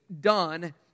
done